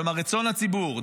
כלומר רצון הציבור.